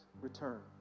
return